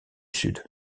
sud